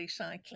recycling